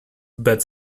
bed